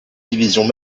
divisions